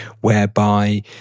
whereby